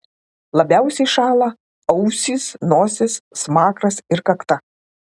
labiausiai šąla ausys nosis smakras ir kakta